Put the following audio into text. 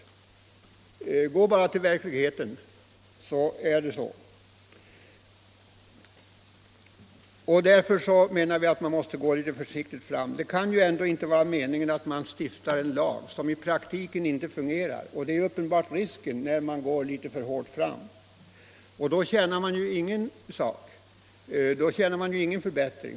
Man behöver bara gå till verkligheten för att se att det är så. Därför menar vi att man måste gå försiktigt fram. Det kan inte vara meningen att man skall stifta en lag som i praktiken inte fungerar, och det är uppenbart risken när man går för hårt fram. Då vinner man ju ingen förbättring.